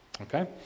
Okay